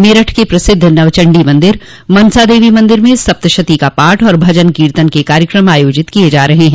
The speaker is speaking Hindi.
मेरठ के प्रसिद्ध नवचंडी मंदिर मन्सा देवी मंदिर में सप्तसती का पाठ और भजन कीर्तिन के कार्यक्रम आयोजित किये जा रहे हैं